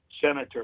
senator